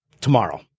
tomorrow